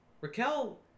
Raquel